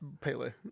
Pele